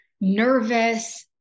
nervous